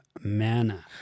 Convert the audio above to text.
manna